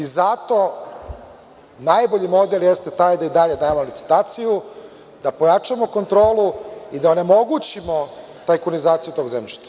Zato najbolji model jeste taj da i dalje dajemo licitaciju, da pojačamo kontrolu i da onemogućimo tajkunizaciju tog zemljišta.